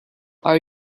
are